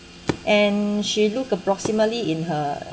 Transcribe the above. and she look approximately in her